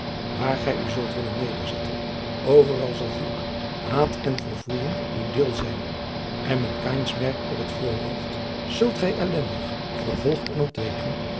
waar gij u zult willen nederzetten overal zal vloek haat en verfoejing uw deel zijn en met kaïns merk op het voorhoofd zult gij elendig vervolgd en ontweken